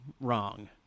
wrong